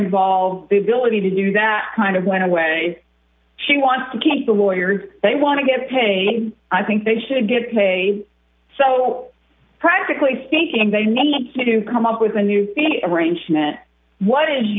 involved the villany to do that kind of went away she wants to keep the lawyers they want to get paying i think they should get paid so practically speaking they need to come up with a new the arrangement what is